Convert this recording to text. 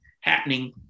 happening